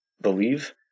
Believe